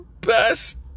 best